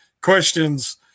questions